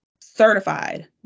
certified